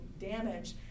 damage